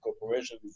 cooperation